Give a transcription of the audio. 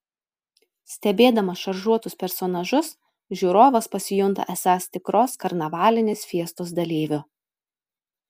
stebėdamas šaržuotus personažus žiūrovas pasijunta esąs tikros karnavalinės fiestos dalyviu